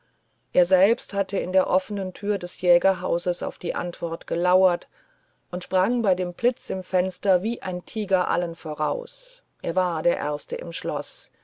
er selbst hatte in der offenen tür des jägerhauses auf die antwort gelauert und sprang bei dem blitz im fenster wie ein tiger allen voraus er war der erste im schloß